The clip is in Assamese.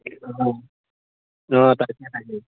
অঁ অঁ তাকেই তাকেই